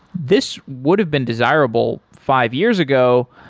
this would've been desirable five years ago,